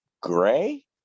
Gray